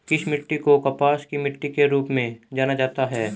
किस मिट्टी को कपास की मिट्टी के रूप में जाना जाता है?